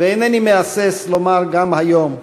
ואינני מהסס לומר זאת גם היום,